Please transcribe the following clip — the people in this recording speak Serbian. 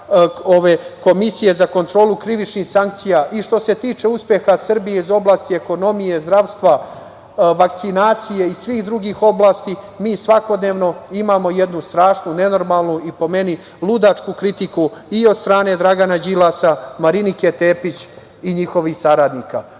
ove Komisije za kontrolu krivičnih sankcija, i što se tiče uspeha Srbije iz oblasti ekonomije, zdravstva, vakcinacije i svih drugih oblasti, mi svakodnevno imamo jednu strašnu, nenormalnu i po meni, ludačku kritiku i od strane Dragana Đilasa, Marinike Tepić i njihovih saradnika.